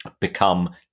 become